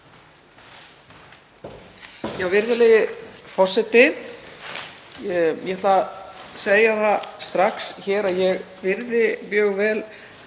Virðulegi forseti. Ég ætla að segja það strax hér að ég virði mjög